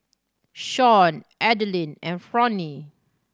Shawn Adeline and Fronnie